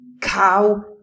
cow